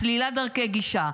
סלילת דרכי גישה,